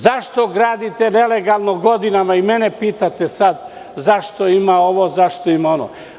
Zašto gradite nelegalno godinama i mene pitate sada zašto ima ovo ili ono?